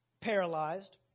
paralyzed